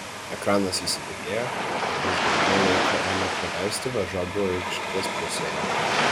ekranas įsibėgėjo ir vis daugiau laiko ėmė praleisti varžovų aikštės pusėje